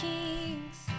Kings